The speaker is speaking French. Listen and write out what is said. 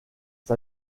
ça